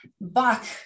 back